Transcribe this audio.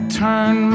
turn